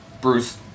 Bruce